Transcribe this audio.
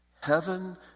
Heaven